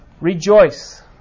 Rejoice